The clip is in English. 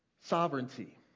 sovereignty